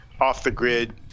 off-the-grid